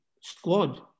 squad